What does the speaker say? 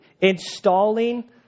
installing